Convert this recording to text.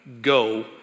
go